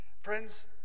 Friends